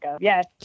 Yes